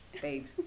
babe